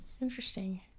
Interesting